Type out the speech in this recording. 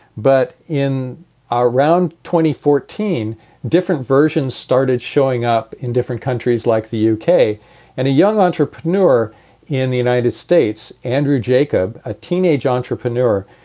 but in around twenty fourteen different versions started showing up in different countries like the uk and a young entrepreneur in the united states, andrew jacob, a teenage entrepreneur,